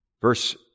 Verse